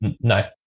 No